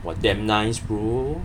!wah! damn nice bro